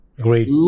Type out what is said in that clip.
Great